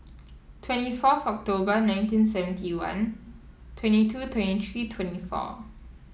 twenty fourth October nineteen seventy one twenty two twenty three twenty four